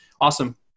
awesome